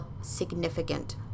significant